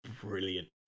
brilliant